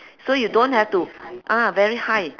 so you don't have to ah very high